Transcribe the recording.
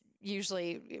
usually